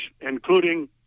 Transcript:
including